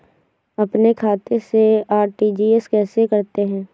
अपने खाते से आर.टी.जी.एस कैसे करते हैं?